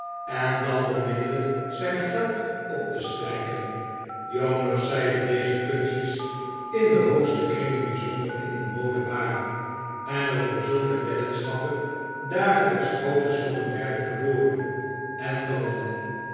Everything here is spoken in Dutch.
en dan onmiddellijk zijn geld op te strijken jonas zei dat deze kunstjes in de hoogste kringen bijzonder in de mode waren en er door zulke weddenschappen dagelijks groote sommen werden verloren en gewonnen